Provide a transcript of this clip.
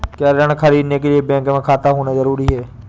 क्या ऋण ख़रीदने के लिए बैंक में खाता होना जरूरी है?